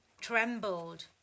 trembled